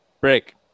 Break